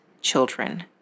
children